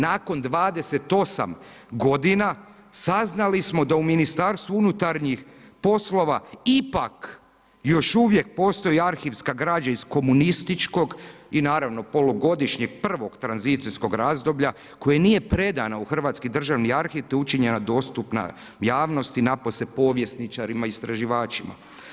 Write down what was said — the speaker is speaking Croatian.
Nakon 28 godina saznali smo da u Ministarstvu unutarnjih poslova ipak još uvijek postoji arhivska građa iz komunističkog i naravno polugodišnjeg prvog tranzicijskog razdoblja koji nije predana u Hrvatski državni arhiv te je učinjena dostupna javnosti napose povjesničarima istraživačima.